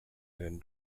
then